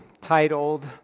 titled